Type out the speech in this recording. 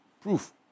proof